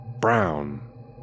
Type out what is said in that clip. brown